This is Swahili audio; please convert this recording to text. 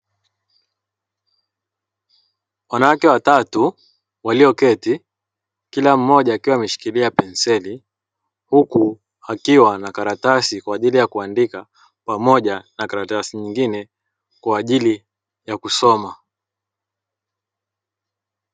Wanawake watatu walioketi kila mmoja akiwa ameshikilia penseli, huku akiwa na karatasi kwa ajili ya kuandika pmaoja na karatasi nyingine, kwa ajili ya kusoma.